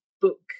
book